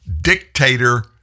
dictator